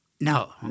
No